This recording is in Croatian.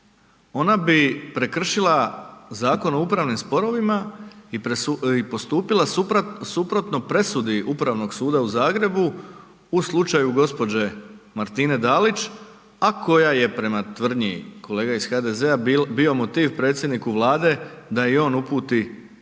ona bi prekršila Zakon o upravnim sporovima i postupila suprotno presudi Upravnog suda u Zagrebu u slučaju gđe. Martine Dalić, a koja je prema tvrdnji kolega iz HDZ-a bio motiv predsjedniku Vlade da i on uputi zahtjev